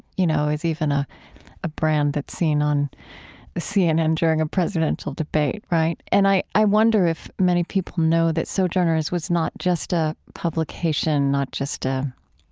you know, it's even a a brand that's seen on cnn during a presidential debate, right? and i i wonder if many people know that sojourners was not just a publication, not just a,